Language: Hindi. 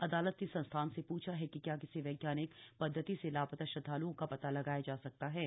अदालत ने संस्थान से पूछा ह कि क्या किसी वज्ञानिक पदधति से लापता श्रदधालुओं का पता लगाया जा सकता हा